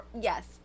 Yes